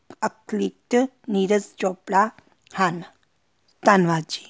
athlete Neeraj Chopra ਹਨ ਧੰਨਵਾਦ ਜੀ